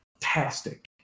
fantastic